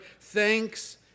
Thanks